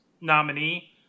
nominee